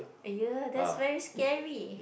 !aiyo! that's very scary